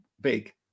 big